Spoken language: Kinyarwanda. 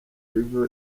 level